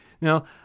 Now